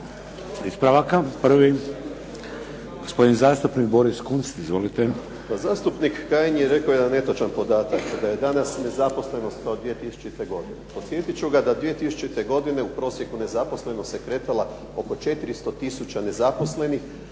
ispravaka. Prvi, gospodin zastupnik Boris Kunst. Izvolite. **Kunst, Boris (HDZ)** Pa zastupnik Kajin je rekao jedan netočan podatak, da je danas nezaposlenost kao 2000. godine. Podsjetit ću ga da 2000. godine u prosjeku nezaposlenost se kretala oko 400 tisuća nezaposlenih,